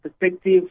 perspective